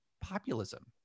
populism